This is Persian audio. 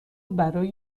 برای